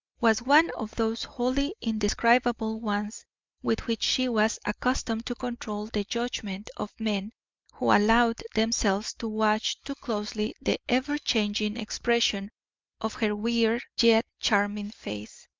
was one of those wholly indescribable ones with which she was accustomed to control the judgment of men who allowed themselves to watch too closely the ever-changing expression of her weird yet charming face.